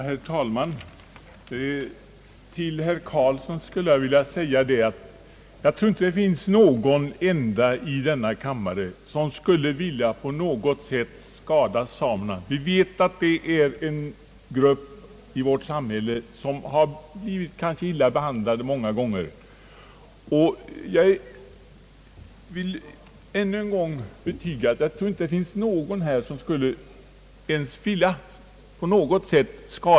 Herr talman! Till herr Eric Carlsson skulle jag vilja säga, att jag inte tror att det finns någon enda person i denna kammare som på något sätt skulle vilja skada samerna. Vi vet att det är en grupp i vårt samhälle som har blivit illa behandlad många gånger. Jag vill ännu en gång betona detta.